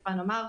בסופה נאמר: